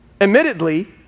Admittedly